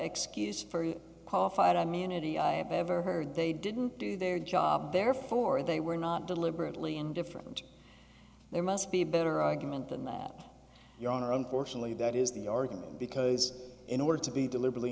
excuse for qualified immunity i have ever heard they didn't do their job therefore they were not deliberately indifferent there must be a better argument than that your honor unfortunately that is the argument because in order to be deliberately